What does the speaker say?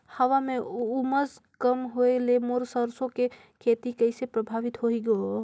हवा म उमस कम होए ले मोर सरसो के खेती कइसे प्रभावित होही ग?